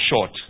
short